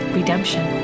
Redemption